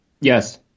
Yes